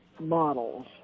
models